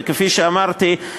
וכפי שאמרתי,